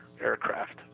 aircraft